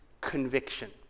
conviction